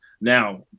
Now